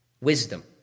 wisdom